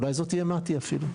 אולי זאת תהיה מטי, אפילו.